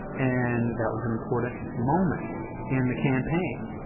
and that was an important moment in the campaign.